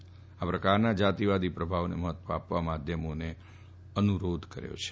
તેમણે આ પ્રકારના જાતિવાદી પ્રભાવને મહત્વ આપવા માધ્યમોને અનુરોધ કર્યો છે